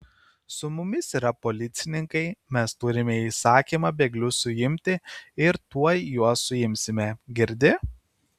su mumis yra policininkai mes turime įsakymą bėglius suimti ir tuoj juos suimsime girdi